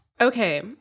Okay